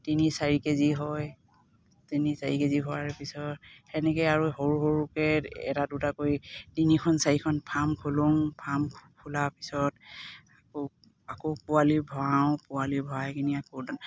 তিনি চাৰি কেজি হয় তিনি চাৰি কেজি হোৱাৰ পিছত সেনেকে আৰু সৰু সৰুকে এটা দুটা কৰি তিনিখন চাৰিখন ফাৰ্ম খোলোঁ ফাৰ্ম খোলাৰ পিছত আকৌ আকৌ পোৱালি ভৰাওঁ পোৱালি ভৰাইকিনি আকৌ